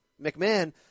McMahon